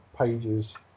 pages